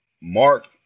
Mark